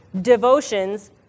devotions